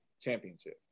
championship